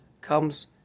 comes